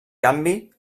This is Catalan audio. canvi